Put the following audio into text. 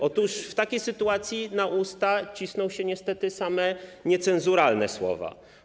Otóż w takiej sytuacji na usta cisną się niestety same niecenzuralne słowa.